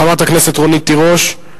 חברת הכנסת רונית תירוש.